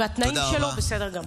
והתנאים שלו בסדר גמור.